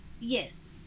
yes